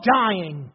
dying